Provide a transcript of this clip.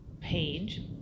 page